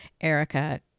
Erica